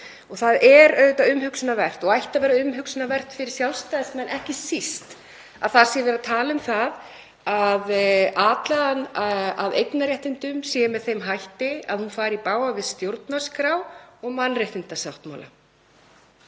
Það er auðvitað umhugsunarvert og ætti að vera umhugsunarvert fyrir Sjálfstæðismenn ekki síst að það sé verið að tala um það að atlagan að eignarréttindum sé með þeim hætti að hún fari í bága við stjórnarskrá og mannréttindasáttmála,